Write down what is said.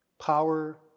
Power